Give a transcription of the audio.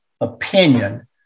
opinion